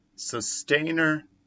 sustainer